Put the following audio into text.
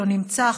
לא נמצא,